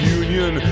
union